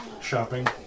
shopping